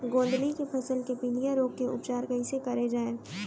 गोंदली के फसल के पिलिया रोग के उपचार कइसे करे जाये?